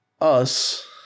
us-